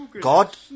God